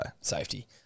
Safety